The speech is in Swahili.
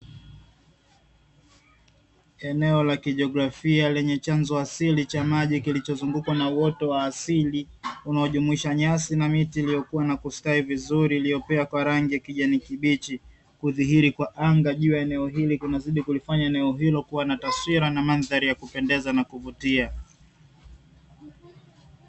Eneo la kijiografia lenye chanzo asili cha maji kilichoozungukwa na uoto wa asili, unaojumuisha nyasi na miti iliyokuwa na kustawi vizuri iliyopea kwa rangi ya kijani kibichi, kudhihiri kwa anga juu ya eneo hili kunazidi kulifanya eneo hilo kuwa na taswira na mandhari ya kupendeza na kuvutia.